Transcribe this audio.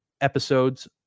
episodes